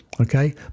Okay